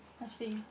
I see